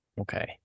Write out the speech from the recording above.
Okay